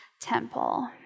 temple